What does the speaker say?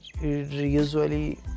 usually